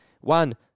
one